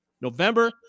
November